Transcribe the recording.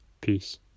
Peace